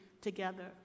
together